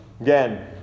Again